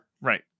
Right